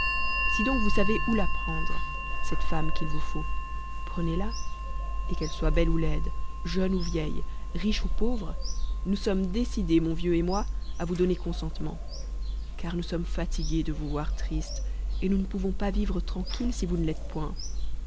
si donc vous savez où la prendre cette femme qu'il vous faut prenez-la et qu'elle soit belle ou laide jeune ou vieille riche ou pauvre nous sommes décidés mon vieux et moi à vous donner consentement car nous sommes fatigués de vous voir triste et nous ne pouvons pas vivre tranquilles si vous ne l'êtes point